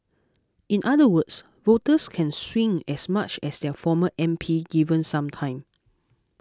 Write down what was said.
in other words voters can swing as much as their former M P given some time